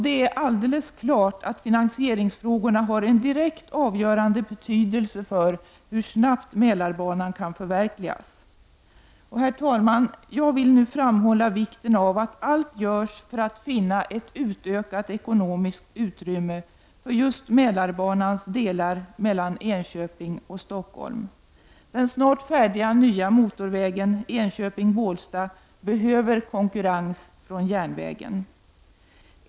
Det är alldeles klart att finansieringsfrågorna har en direkt avgörande betydelse för hur snabbt Mälarbanan kan förverkligas. Herr talman! Jag vill nu framhålla vikten av att allt görs för att finna ett utökat ekonomiskt utrymme för just Mälarbanans delar mellan Enköping och Stockholm. Den snart färdiga nya motorvägen Enköping— Bålsta behöver konkurrens från järnvägen.